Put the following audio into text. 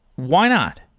why not?